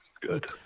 Good